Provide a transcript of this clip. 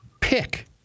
pick